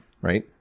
right